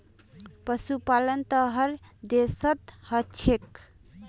पशुपालन त हर देशत ह छेक